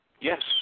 yes